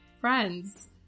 friends